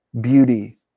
beauty